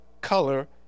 color